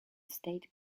state